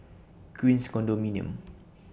Queens Condominium